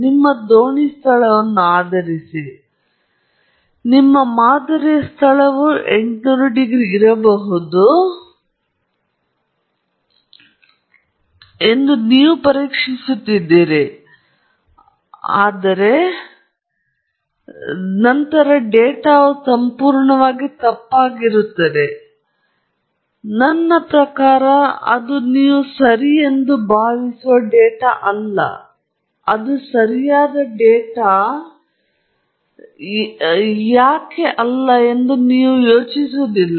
ನಿಮ್ಮ ದೋಣಿ ಸ್ಥಳವನ್ನು ಆಧರಿಸಿ ನಂತರ ಮಾದರಿಯನ್ನು ಹೊಂದಿದ್ದು ನಿಮ್ಮ ಮಾದರಿಯ ಸ್ಥಳವು 800 ಡಿಗ್ರಿ ಸಿ ಇರಬಹುದು ಇದು ಸುಲಭವಾಗಿ 750 ಡಿಗ್ರಿ C ಯಷ್ಟು ಇರುತ್ತದೆ ಮತ್ತು ಅದು ಒಂದು ದೊಡ್ಡ ವ್ಯತ್ಯಾಸವಾಗಿದೆ ಏಕೆಂದರೆ ನೀವು 200 500 800 ಮತ್ತು 1100 ನಲ್ಲಿ ನೀವು ಪರೀಕ್ಷಿಸುತ್ತಿದ್ದೀರಿ ಮತ್ತು ಅವುಗಳು 50 degree C 70 degree C 80 degree C ಅಥವಾ 100 ಡಿಗ್ರಿ ಸಿ ನಂತರ ಡೇಟಾ ಸಂಪೂರ್ಣವಾಗಿ ತಪ್ಪಾಗಿದೆ ನನ್ನ ಪ್ರಕಾರ ಅಥವಾ ಕನಿಷ್ಠ ಅದು ನೀವು ಎಂದು ಭಾವಿಸುವ ಡೇಟಾವಲ್ಲ ಇದು ಸರಿಯಾದ ಡೇಟಾ ಆದರೆ ಅದು ಏನು ಎಂದು ನೀವು ಯೋಚಿಸುವುದಿಲ್ಲ